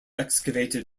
excavated